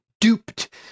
duped